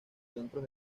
centros